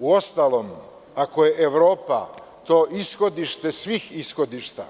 Uostalom, ako je Evropa to ishodište svih ishodišta,